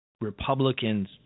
Republicans